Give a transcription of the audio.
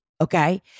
Okay